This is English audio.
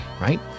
right